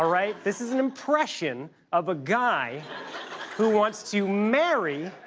ah right? this is an impression of a guy who wants to marry,